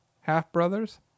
half-brothers